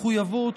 את המחויבות,